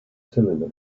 cylinder